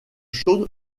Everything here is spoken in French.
chaudes